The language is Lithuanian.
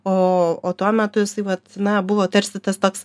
o o tuo metu jisai vat na buvo tarsi tas toks